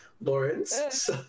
Lawrence